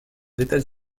états